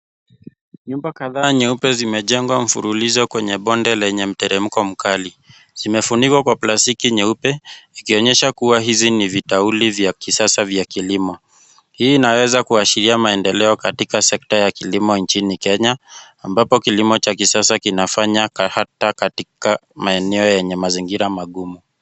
Nyumba kadhaa nyeupe zimejengwa mfululizo kwenye bonde lenye mteremko mkali. Zimefunikwa kwa plastiki nyeupe, ikionyesha kuwa hizi ni vitauili vya kisasa vya kilimo. Hii inaweza kuashiria maendeleo katika sekta ya kilimo nchini Kenya ambapo kilimo cha kisasa kinafanyika hata katika maeneo yenye mazingira magumu.